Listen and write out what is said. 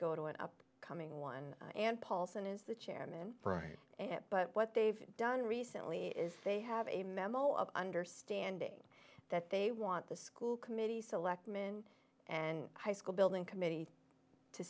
go to an up coming one and paulson is the chairman right but what they've done recently is they have a memo of understanding that they want the school committee selectman and high school building committee to